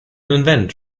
invent